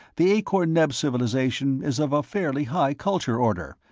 the akor-neb civilization is of a fairly high culture-order,